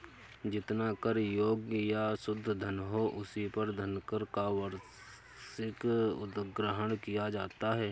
जितना कर योग्य या शुद्ध धन हो, उसी पर धनकर का वार्षिक उद्ग्रहण किया जाता है